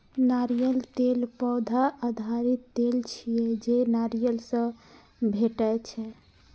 नारियल तेल पौधा आधारित तेल छियै, जे नारियल सं भेटै छै